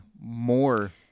more